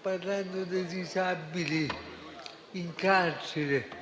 parlando dei disabili in carcere,